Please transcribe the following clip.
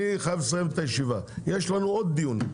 אני חייב לסיים את הישיבה, יש לנו עוד דיון.